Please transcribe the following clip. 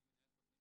אני מנהל תוכנית